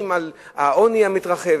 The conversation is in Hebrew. זה העוני המתרחב.